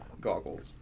goggles